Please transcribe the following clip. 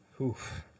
Oof